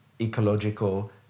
ecological